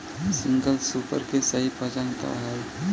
Single super के सही पहचान का हई?